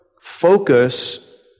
focus